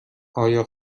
آیا